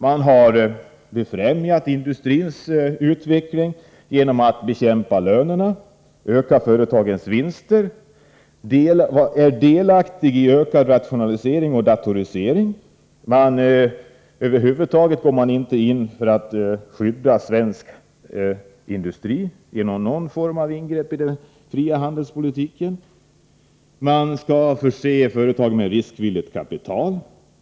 Man har främjat industrins utveckling genom att bekämpa lönerna samt öka företagens vinster och delaktighet i rationalisering och datorisering. Över huvud taget försöker man inte skydda svensk industri genom någon form av ingrepp i den fria handelspolitiken. Man skall förse företagen med riskvilligt kapital.